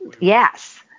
Yes